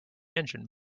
engine